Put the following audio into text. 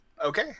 Okay